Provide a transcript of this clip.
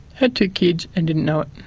had two kids, and didn't know it